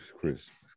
Chris